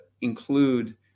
include